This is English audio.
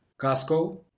Costco